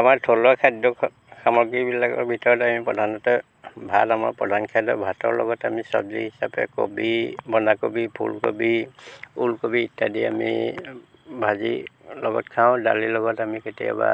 আমাৰ থলুৱা খাদ্য সামগ্ৰীবিলাকৰ ভিতৰত আমি প্ৰধানতে ভাত আমাৰ প্ৰধান খাদ্য ভাতৰ লগত আমি চবজি হিচাপে কবি বন্ধাকবি ফুলকবি ওলকবি ইত্যাদি আমি ভাজি লগত খাওঁ দালিৰ লগত আমি কেতিয়াবা